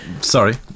Sorry